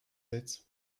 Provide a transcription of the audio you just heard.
êtes